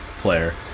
player